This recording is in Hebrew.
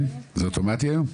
כן, זה אוטומטי היום?